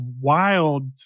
wild